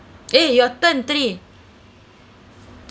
eh your turn three